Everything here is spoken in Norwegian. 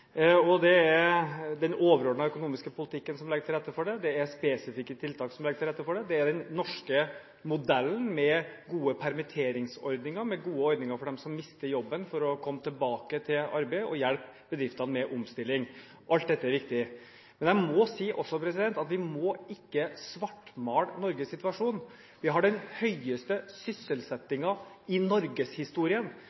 tid. Det er den overordnede økonomiske politikken som legger til rette for det, det er spesifikke tiltak som legger til rette for det, det er den norske modellen med gode permitteringsordninger, med gode ordninger for dem som mister jobben slik at de kan komme tilbake til arbeid, og det er å hjelpe bedriftene med omstilling. Alt dette er viktig. Men jeg må også si at vi må ikke svartmale Norges situasjon. Vi har den høyeste